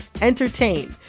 entertain